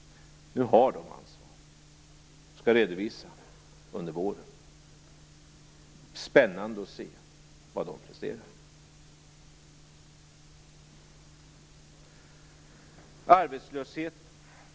Nu har de ansvaret, och de skall redovisa under våren. Det är spännande att se vad de presterar.